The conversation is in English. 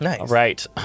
Right